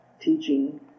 teaching